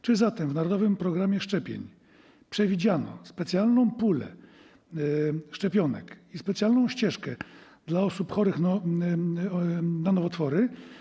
Czy zatem w narodowym programie szczepień przewidziano specjalną pulę szczepionek i specjalną ścieżkę dla osób chorych na nowotwory?